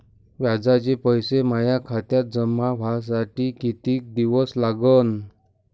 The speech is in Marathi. व्याजाचे पैसे माया खात्यात जमा व्हासाठी कितीक दिवस लागन?